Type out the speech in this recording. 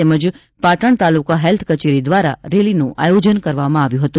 તેમજ પાટણ તાલુકા હેલ્થ કચેરી દ્વારા રેલીનું આયોજન કરવામાં આવ્યું હતું